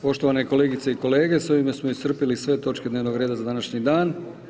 Poštovane kolegice i kolege, s ovime smo iscrpili sve točke dnevnog reda za današnji dan.